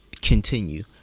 continue